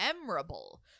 memorable